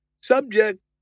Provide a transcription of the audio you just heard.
Subject